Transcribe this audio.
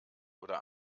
oder